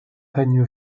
règne